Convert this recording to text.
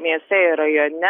mieste ir rajone